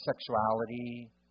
sexuality